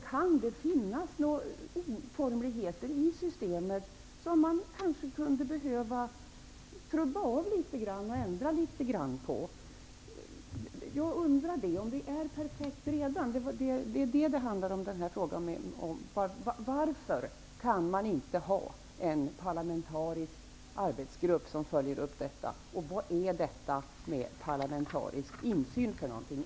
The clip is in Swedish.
Kan det finnas oformligheter i systemet som man kanske kunde behöva slipa av litet grand och ändra litet grand på? Är det redan perfekt? Det är vad min fråga handlar om. Varför kan man inte tillsätta en parlamentarisk arbetsgrupp som följer upp detta? Och vad är parlamentarisk insyn för någonting?